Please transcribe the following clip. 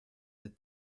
ses